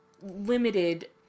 limited